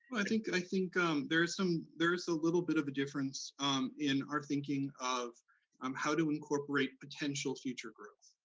i think and i think um there is some, there is a little bit of a difference in our thinking of um how to incorporate potential future growth.